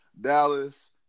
Dallas